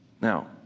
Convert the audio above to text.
now